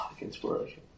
inspiration